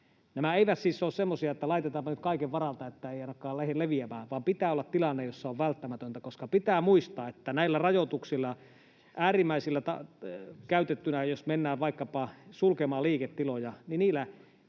Nämä eivät siis ole semmoisia, että laitetaanpa nyt kaiken varalta, että ei ainakaan lähde leviämään, vaan pitää olla tilanne, jossa on välttämätöntä. Pitää muistaa, että näillä rajoituksilla äärimmillään käytettynä, jos mennään vaikkapa sulkemaan liiketiloja, on paitsi